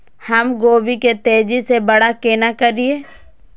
हम गोभी के तेजी से बड़ा केना करिए?